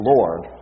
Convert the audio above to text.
Lord